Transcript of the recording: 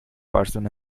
person